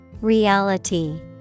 Reality